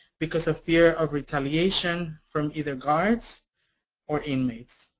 because of fear of retaliation from either guards or inmates.